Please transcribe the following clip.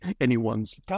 anyone's